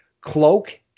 Cloak